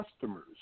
customers